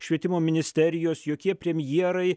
švietimo ministerijos jokie premjerai